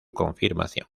confirmación